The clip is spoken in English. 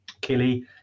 Killy